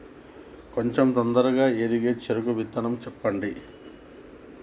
కొంచం తొందరగా ఎదిగే చెరుకు విత్తనం చెప్పండి?